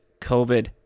COVID